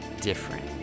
different